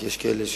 כי יש כאלה,